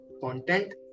content